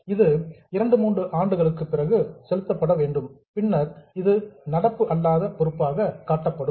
இது 2 3 ஆண்டுகளுக்குப் பிறகு செலுத்தப்பட வேண்டும் பின்னர் இது நடப்பு அல்லாத பொறுப்பாக காட்டப்படும்